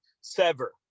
sever